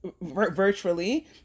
virtually